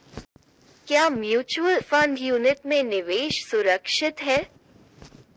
क्या mutual fund unit में निवेश सुरक्षित है?